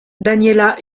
daniela